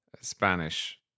Spanish